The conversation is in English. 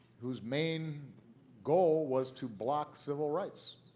whose main goal was to block civil rights,